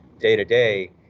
day-to-day